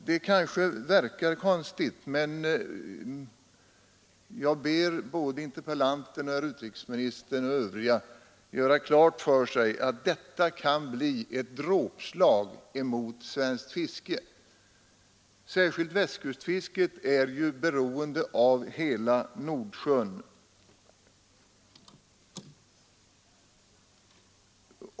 Det kanske verkar konstigt, men jag ber interpellanten, herr utrikesministern och övriga att göra klart för sig att detta kan bli ett dråpslag mot svenskt fiske. Särskilt Västkustfisket är ju beroende av hela Nordsjön.